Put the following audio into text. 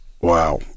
Wow